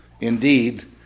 indeed